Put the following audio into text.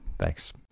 Thanks